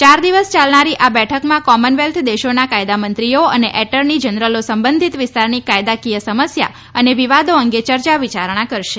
યાર દિવસ યાલનારી આ બેઠકમાં કોમનવેલ્થ દેશોના કાયદામંત્રીઓ અને એટર્ની જનરલો સંબંધિત વિસ્તારની કાયદાકીય સમસ્યા અને વિવાદો અંગે ચર્ચા વિચારણા કરશે